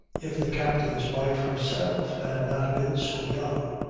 if the captain's wife herself had not been so young.